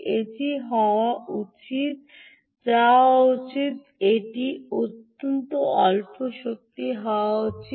এটি হওয়া উচিত যা হওয়া উচিত এটি অতি স্বল্প শক্তি হওয়া উচিত